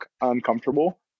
uncomfortable